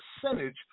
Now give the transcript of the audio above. percentage